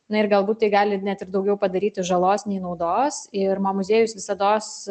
na ir galbūt tai gali net ir daugiau padaryti žalos nei naudos ir mo muziejus visados